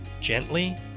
gently